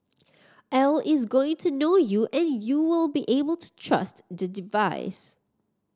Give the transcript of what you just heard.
A I is going to know you and you will be able to trust the device